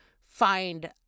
find